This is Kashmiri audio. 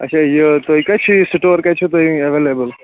اچھا یہِ تۄہہِ کَتہِ چھُ یہِ سٹور کَتہِ چھُ تۄہہِ ایویلیبٕل